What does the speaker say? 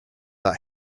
that